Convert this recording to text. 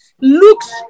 looks